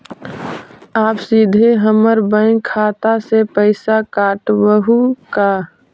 आप सीधे हमर बैंक खाता से पैसवा काटवहु का?